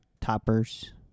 Toppers